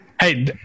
Hey